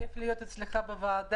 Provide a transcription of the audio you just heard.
כייף להיות אצלך בישיבה.